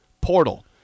Portal